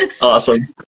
awesome